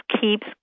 keeps